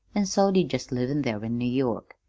an' so did just livin' there in new york,